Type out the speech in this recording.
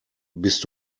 bist